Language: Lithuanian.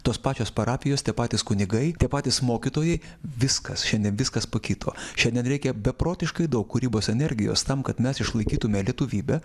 tos pačios parapijos tie patys kunigai tie patys mokytojai viskas šiandien viskas pakito šiandien reikia beprotiškai daug kūrybos energijos tam kad mes išlaikytume lietuvybę